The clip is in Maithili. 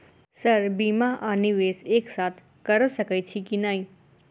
सर बीमा आ निवेश एक साथ करऽ सकै छी की न ई?